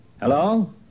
Hello